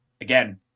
again